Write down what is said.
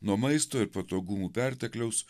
nuo maisto ir patogumų pertekliaus